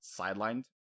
sidelined